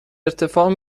ارتفاع